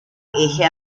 eje